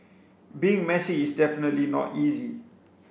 being messy is definitely not easy